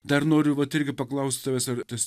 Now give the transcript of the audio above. dar noriu vat irgi paklaust tavęs ar tas